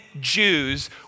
Jews